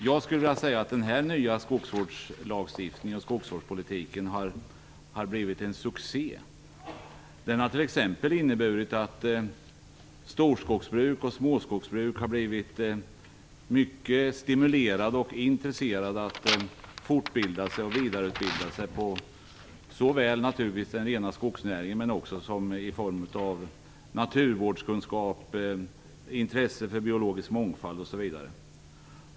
Jag skulle vilja säga att den här nya skogsvårdslagstiftningen och skogsvårdspolitiken har blivit en succé. Den har t.ex. inneburit att storskogsbrukare och småskogsbrukare har blivit stimulerade och intresserade av att fortbilda sig och vidareutbilda sig såväl inom den rena skogsnäringen, naturligtvis, som inom naturvårdskunskap och biologisk mångfald.